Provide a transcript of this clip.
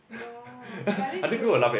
no and I need to